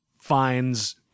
finds